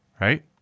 right